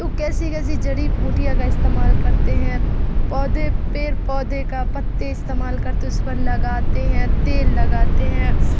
تو کیسی کیسی جڑی بوٹیاں کا استعمال کرتے ہیں پودے پیڑ پودے کا پتے استعمال کرتے ہیں اس پر لگاتے ہیں تیل لگاتے ہیں